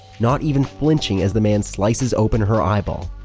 not even flinching as the man slices open her eyeball,